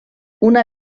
una